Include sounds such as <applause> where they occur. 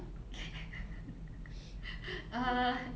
<noise> uh